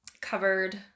covered